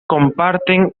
comparten